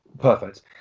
perfect